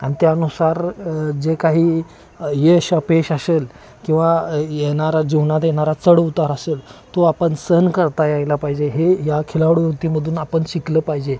आणि त्यानुसार जे काही यश अपयश असेल किंवा येणारा जीवनात येणारा चढउतार असेल तो आपण सहन करता यायला पाहिजे हे या खिलाडूवृतीमधून आपण शिकलं पाहिजे